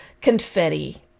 confetti